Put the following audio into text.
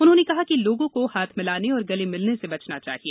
उन्होंन कहा कि ल मों क हाथ मिलान और गल मिलन स बचना चाहिए